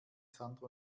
sandro